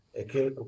Okay